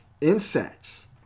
insects